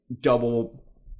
double